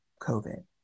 COVID